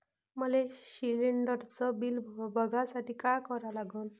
मले शिलिंडरचं बिल बघसाठी का करा लागन?